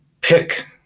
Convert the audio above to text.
pick